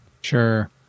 Sure